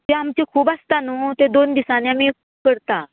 ते आमचे खूब आसता न्हू ते दोन दिसांनी आमी करता